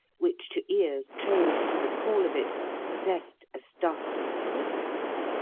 which to ears trained to the call of it possessed a startling significance.